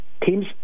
Teams